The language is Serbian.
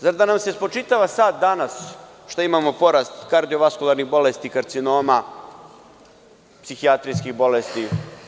Zar da nam se spočitava sada, danas, što imamo porast kardiovaskularnih bolesti, karcinoma, psihijatrijskih bolesti?